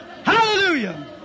Hallelujah